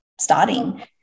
Starting